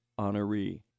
honoree